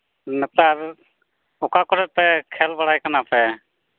ᱱᱮᱛᱟᱨ ᱚᱠᱟ ᱠᱚᱨᱮᱯᱮ ᱠᱷᱮᱞ ᱵᱟᱲᱟᱭ ᱠᱟᱱᱟᱯᱮ